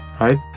right